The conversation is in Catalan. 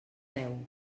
deu